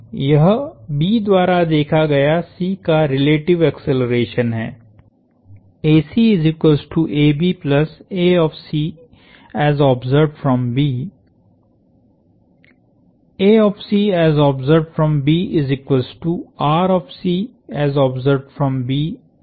यह B द्वारा देखा गया C का रिलेटिव एक्सेलरेशन है